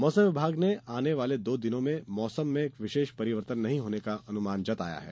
मौसम विभाग ने आने वाले दो दिनों में मौसम में विशेष परिवर्तन नहीं होने का अनुमान जताया है